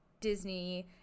Disney